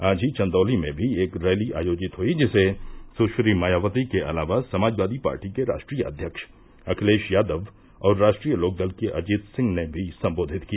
आज ही चन्दौली में भी एक रैली आयोजित हुयी जिसे सुश्री मायावती के अलावा समाजवादी पार्टी के राष्ट्रीय अव्यक्ष अखिलेश यादव और राष्ट्रीय लोकदल के अजित सिंह ने भी सम्बोधित किया